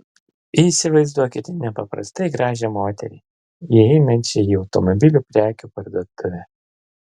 įsivaizduokite nepaprastai gražią moterį įeinančią į automobilių prekių parduotuvę